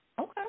Okay